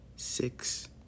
Six